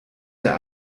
der